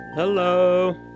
hello